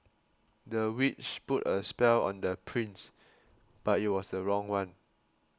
the witch put a spell on the prince but it was the wrong one